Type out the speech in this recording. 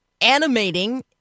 animating